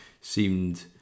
seemed